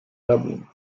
dublin